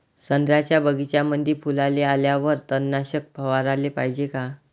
संत्र्याच्या बगीच्यामंदी फुलाले आल्यावर तननाशक फवाराले पायजे का?